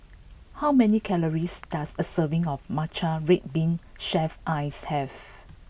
how many calories does a serving of Matcha Red Bean Shaved Ice have